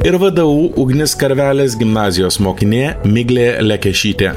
ir vdu ugnės karvelės gimnazijos mokinė miglė lekešytė